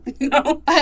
No